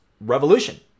revolution